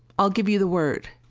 i'll give you the word.